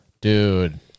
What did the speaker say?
Dude